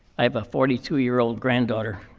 i have a forty two year old granddaughter,